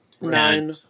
Nine